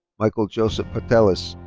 michael joseph patellis.